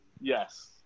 yes